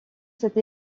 cette